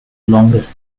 longest